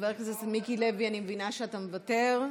חבר הכנסת מיקי לוי, אני מבינה שאתה מוותר.